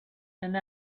and